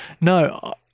No